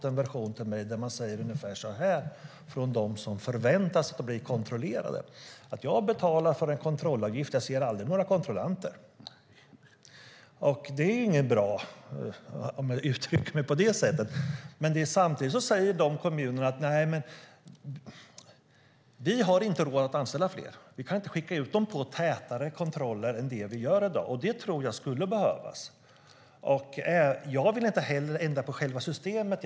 I den version jag har fått säger de som förväntar sig att bli kontrollerade ungefär så här: Jag betalar en kontrollavgift, men jag ser aldrig några kontrollanter. Det är ju inget bra, om jag uttrycker mig på det sättet. Samtidigt säger de kommunerna att de inte har råd att anställa fler. De kan inte skicka ut inspektörer på tätare kontroller än de gör i dag. Det tror jag skulle behövas. Jag vill inte heller ändra på själva systemet.